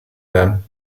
them